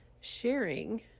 Sharing